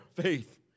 faith